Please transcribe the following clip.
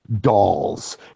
dolls